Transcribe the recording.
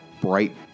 bright